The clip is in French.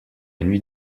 nuit